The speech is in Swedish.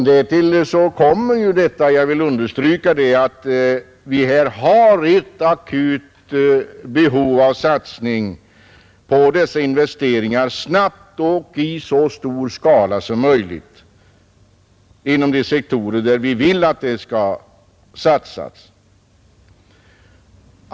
Därtill kommer — jag vill understryka det — att vi här har ett akut behov av satsning på dessa investeringar, en satsning som bör ske snabbt och i så stor skala som möjligt inom de sektorer där vi vill att det skall satsas.